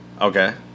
Okay